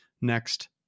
next